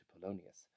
polonius